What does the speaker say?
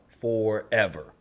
Forever